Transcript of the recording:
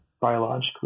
biologically